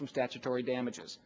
from statutory damages